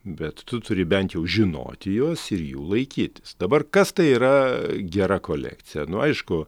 bet tu turi bent jau žinoti juos ir jų laikytis dabar kas tai yra gera kolekcija nu aišku